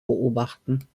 beobachten